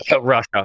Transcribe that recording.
Russia